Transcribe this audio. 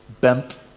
bent